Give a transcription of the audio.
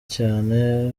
cyane